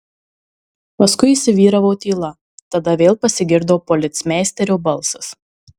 paskui įsivyravo tyla tada vėl pasigirdo policmeisterio balsas